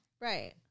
Right